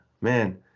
man